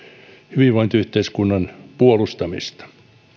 hyvinvointiyhteiskunnan puolustamista